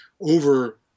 over